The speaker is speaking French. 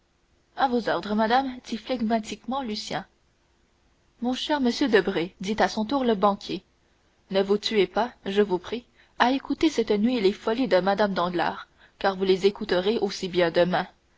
à vos ordres madame dit flegmatiquement lucien mon cher monsieur debray dit à son tour le banquier ne vous tuez pas je vous prie à écouter cette nuit les folies de mme danglars car vous les écouterez aussi bien demain